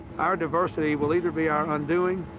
our diversity will either be our undoing,